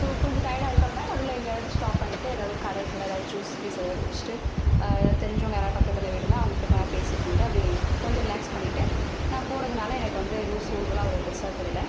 so கொஞ்ச டயர்டாக இருக்குது அப்படின்னா நடுவில் எங்கேயாவது ஸ்டாப் பண்ணிகிட்டு ஏதாவது கடைகளில் ஏதாவது ஜூஸ் கீஸ் ஏதாவது குடிச்சுட்டு தெரிஞ்சவங்க யாராவது பக்கத்தில் வீடு இருந்தால் அவங்ககிட்ட கொஞ்ச நேரம் பேசி இருந்துட்டு அப்படியே கொஞ்சம் ரிலாக்ஸ் பண்ணிகிட்டு நான் போகிறதுனால எனக்கு வந்து எதுவும் சோர்வு எல்லா அவ்வளவு பெருசாக தெரியலை